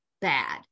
bad